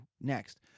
next